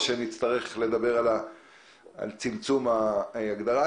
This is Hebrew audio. להתחיל לדבר על צמצום ההגדרה.